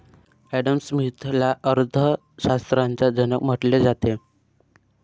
Adam स्मिथला अर्थ शास्त्राचा जनक म्हटले जाते